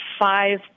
five